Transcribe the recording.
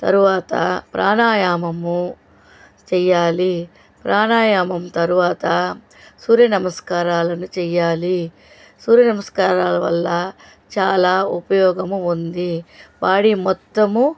తరువాత ప్రాణాయామము చెయ్యాలి ప్రాణాయామము తరువాత సూర్య నమస్కారాలను చెయ్యాలి సూర్య నమస్కారాల వల్ల చాలా ఉపయోగము ఉంది బాడీ మొత్తము